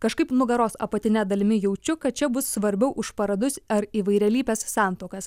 kažkaip nugaros apatine dalimi jaučiu kad čia bus svarbiau už paradus ar įvairialypes santuokas